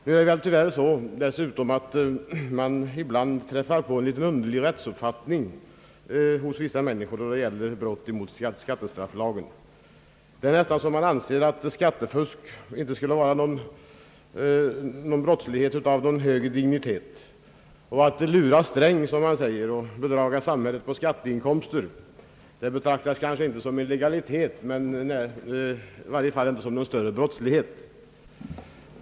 Nu är det dessutom tyvärr så, att man ibland träffar på en litet underlig rättsuppfattning hos vissa människor när det gäller brott mot skattestrafflagen. Det är nästan så att man anser att skattefusk inte skulle vara brottslighet av någon högre dignitet. Att »lura Sträng», som man säger, och bedraga samhället på skatteinkomster betraktas kanske inte som en legalitet men i varje fall inte som någon större brottslighet.